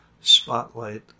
spotlight